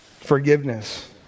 forgiveness